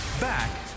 back